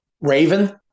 Raven